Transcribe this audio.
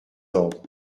ordres